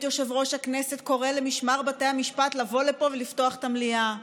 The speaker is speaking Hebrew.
יושב-ראש הכנסת קורא למשמר בתי המשפט לבוא לפה ולפתוח את המליאה,